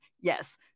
yes